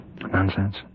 Nonsense